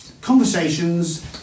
conversations